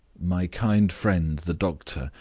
my kind friend, the doctor,